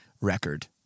record